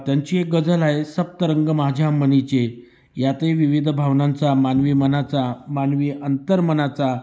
त्यांची एक गजल आहे सप्तरंग माझ्या मनीचे यातही विविध भावनांचा मानवी मनाचा मानवीय अंतर मनाचा